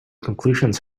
conclusions